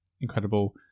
incredible